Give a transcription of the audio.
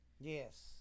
Yes